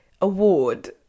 award